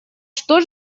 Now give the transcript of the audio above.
что